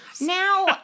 Now